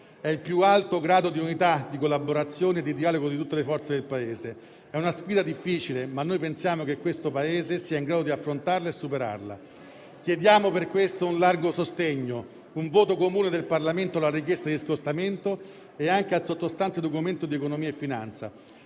- il più alto grado di unità, collaborazione e dialogo tra tutte le forze del Paese. Si tratta di una sfida difficile, ma noi pensiamo che questo Paese sia in grado di affrontarla e superarla. Chiediamo per questo un largo sostegno e un voto comune del Parlamento sulla richiesta di scostamento e anche sul sottostante Documento di economia e finanza,